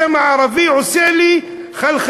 השם "ערבי" עושה לי חלחלה,